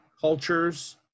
cultures